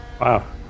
Wow